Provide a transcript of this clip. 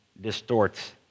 distorts